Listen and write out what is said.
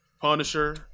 Punisher